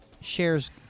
shares